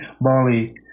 Bali